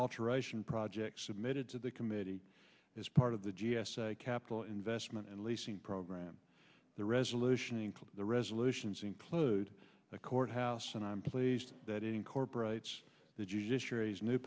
alteration projects submitted to the committee as part of the g s a capital investment and leasing program the resolution include the resolutions include the court house and i'm pleased that incorporates